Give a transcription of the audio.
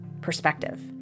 perspective